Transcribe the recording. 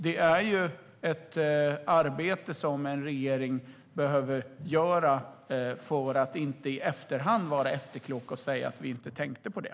Det är ett arbete en regering behöver göra för att inte i efterhand vara efterklok och säga att vi inte tänkte på det.